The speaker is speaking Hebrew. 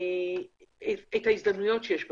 את ההזדמנויות שיש ברשת.